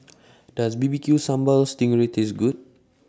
Does B B Q Sambal Sting Ray Taste Good